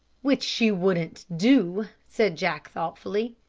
which she wouldn't do, said jack thoughtfully.